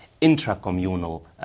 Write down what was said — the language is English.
intra-communal